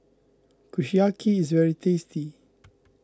Kushiyaki is very tasty